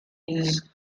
its